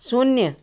शून्य